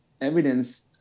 evidence